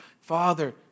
father